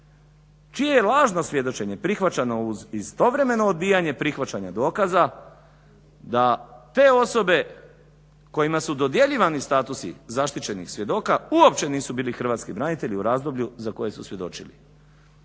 čije je lažno svjedočenje prihvaćeno uz istovremeno odbijanje prihvaćanja dokaza da te osobe kojima su dodjeljivani statusi zaštićenih svjedoka uopće nisu bili hrvatski branitelji u razdoblju za koje su svjedočili.